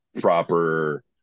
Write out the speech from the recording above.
proper